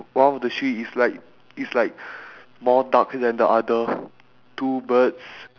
one of the tree is like is like more darker than the other two birds